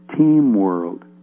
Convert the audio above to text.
teamworld